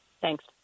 Thanks